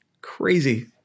Crazy